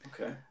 Okay